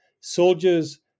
soldiers